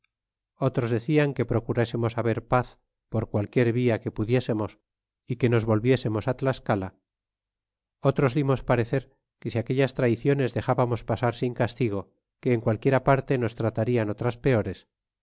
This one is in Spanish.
otros decian que procurásemos haber paz por qualquiera via que pudiésemos y que nos volviésemos á tlascala otros dimos parecer que si aquellas traiciones dexábamos pasar sin castigo que en qualquiera parte nos tratarian otras peores